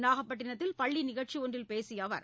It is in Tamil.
நாகப்பட்டிணத்தில் பள்ளி நிகழ்ச்சி ஒன்றில் பேசிய அவர்